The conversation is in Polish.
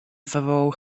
zawołał